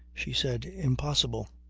she said impossible.